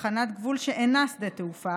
תחנת גבול שאינה שדה תעופה